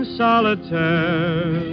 solitaire